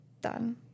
done